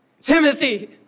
Timothy